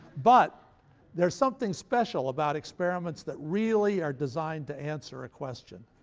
but there's something special about experiments that really are designed to answer a question.